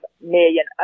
million